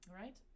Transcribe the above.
right